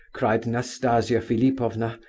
cried nastasia philipovna.